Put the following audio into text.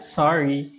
sorry